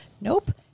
nope